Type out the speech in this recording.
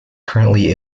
currently